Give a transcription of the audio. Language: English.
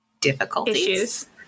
difficulties